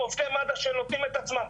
או עובדי מד"א שנותנים את עצמם,